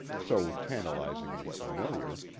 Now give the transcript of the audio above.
so tantalizingly familiar,